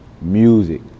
music